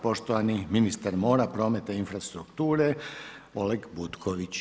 Poštovani ministar mora, prometa i infrastrukture Oleg Butković.